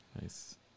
Nice